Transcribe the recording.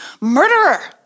murderer